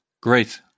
Great